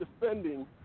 defending